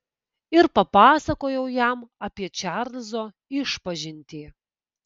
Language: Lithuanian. ir papasakojau jam apie čarlzo išpažintį